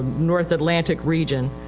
north atlantic region,